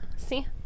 see